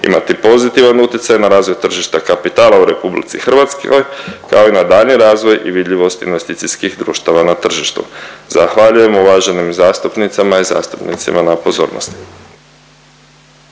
imati pozitivan utjecaj na razvoj tržišta kapitala u RH kao i na daljnjih razvoj i vidljivost investicijskih društva na tržištu. Zahvaljujem uvaženim zastupnicama i zastupnicima na pozornosti.